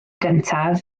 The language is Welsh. gyntaf